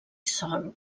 sòl